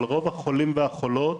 רוב החולים והחולות